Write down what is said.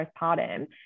postpartum